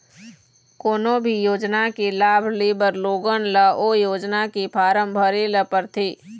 कोनो भी योजना के लाभ लेबर लोगन ल ओ योजना के फारम भरे ल परथे